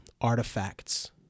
artifacts